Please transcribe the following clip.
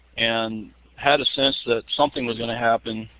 and had a sense that something was going to happen.